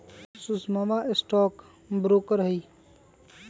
सुषमवा stock broker हई